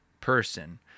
person